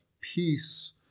peace